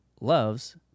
loves